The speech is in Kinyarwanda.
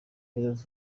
prezida